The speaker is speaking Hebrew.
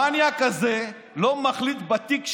המניאק הזה לא מחליט בתיק שלי,